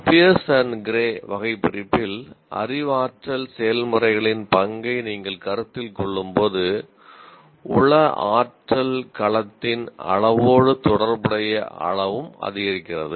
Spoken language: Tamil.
பியர்ஸ் மற்றும் கிரே வகைபிரிப்பில் அறிவாற்றல் செயல்முறைகளின் பங்கை நீங்கள் கருத்தில் கொள்ளும்போது உள ஆற்றல் களத்தின் அளவோடு தொடர்புடைய அளவும் அதிகரிக்கிறது